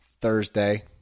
Thursday